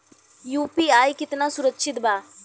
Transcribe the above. UPI कितना सुरक्षित बा?